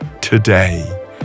today